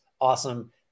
awesome